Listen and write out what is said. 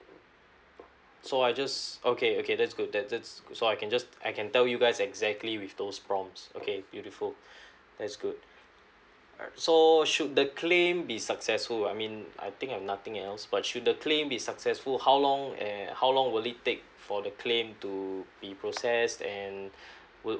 so I just okay okay that's good that that's so I can just I can tell you guys exactly with those forms okay beautiful that's good so should the claim be successful I mean I think I've nothing else but should the claim be successful how long err how long will it take for the claim to be processed and will